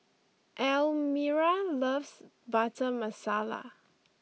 Almyra loves Butter Masala